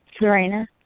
Serena